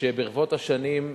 שברבות השנים,